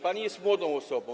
Pani jest młodą osobą.